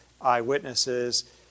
eyewitnesses